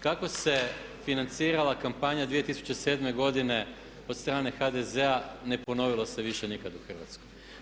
Kako se financirala kampanja 2007. godine od strane HDZ-a ne ponovilo se više nikad u Hrvatskoj.